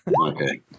Okay